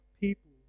people